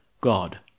God